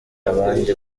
abandi